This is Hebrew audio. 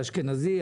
האשכנזי,